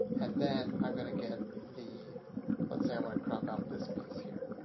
and then i'm going to get the let's say i want to crop out this piece here.